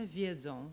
wiedzą